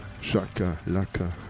Shaka-laka